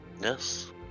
Yes